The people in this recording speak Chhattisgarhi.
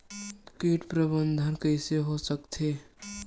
कीट प्रबंधन कइसे हो सकथे?